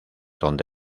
donde